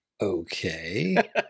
Okay